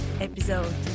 episode